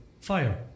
fire